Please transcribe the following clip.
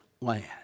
land